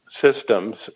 systems